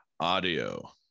audio